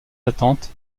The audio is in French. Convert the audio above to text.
attentes